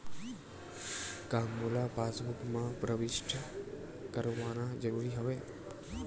का मोला पासबुक म प्रविष्ट करवाना ज़रूरी हवय?